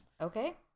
Okay